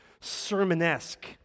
sermon-esque